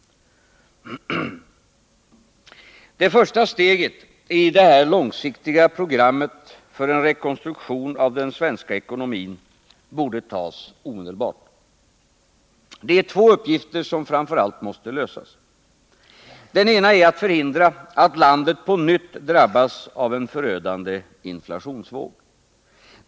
Det första steget i detta långsiktiga program för en rekonstruktion av den svenska ekonomin borde tas omedelbart. Det är två uppgifter som framför allt måste lösas. Den ena är att förhindra att landet på nytt drabbas av en förödande inflationsvåg.